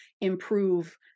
improve